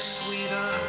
sweeter